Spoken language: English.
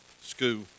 school